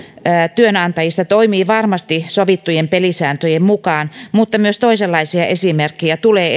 työnantajista toimii varmasti sovittujen pelisääntöjen mukaan mutta myös toisenlaisia esimerkkejä tulee